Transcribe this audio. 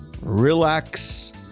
relax